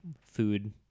food